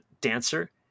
dancer